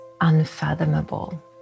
unfathomable